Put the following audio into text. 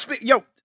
yo